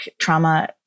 trauma